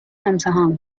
امتحان